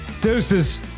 Deuces